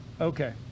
Okay